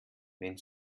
wenn